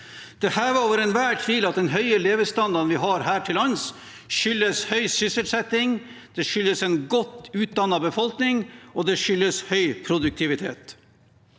er hevet over enhver tvil at den høye levestandarden vi har her til lands, skyldes høy sysselsetting, en godt utdannet befolkning og høy produktivitet.